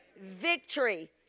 victory